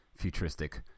futuristic